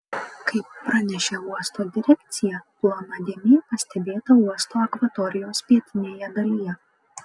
kaip pranešė uosto direkcija plona dėmė pastebėta uosto akvatorijos pietinėje dalyje